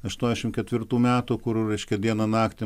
aštuoniasdešim ketvirtų metų kur reiškia dieną naktį